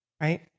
right